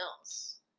else